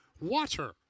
water